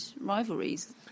rivalries